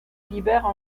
libère